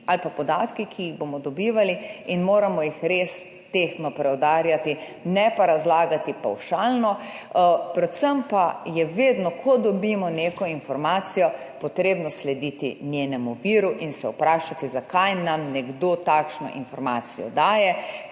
ali pa podatki, ki jih bomo dobivali, in moramo jih res tehtno preudariti, ne pa razlagati pavšalno. Predvsem pa je vedno, ko dobimo neko informacijo, potrebno slediti njenemu viru in se vprašati, zakaj nam nekdo takšno informacijo daje,